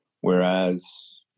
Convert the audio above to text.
whereas